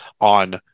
on